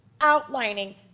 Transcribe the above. outlining